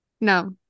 No